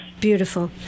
Beautiful